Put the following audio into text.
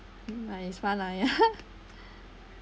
mine is far lah ya